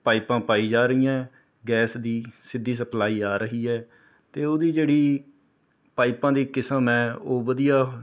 ਪਾਈਪਾਂ ਪਾਈ ਜਾ ਰਹੀਆਂ ਹੈ ਗੈਸ ਦੀ ਸਿੱਧੀ ਸਪਲਾਈ ਆ ਰਹੀ ਹੈ ਅਤੇ ਉਹਦੀ ਜਿਹੜੀ ਪਾਈਪਾਂ ਦੀ ਕਿਸਮ ਹੈ ਉਹ ਵਧੀਆ